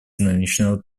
нынешнего